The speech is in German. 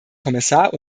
kommissar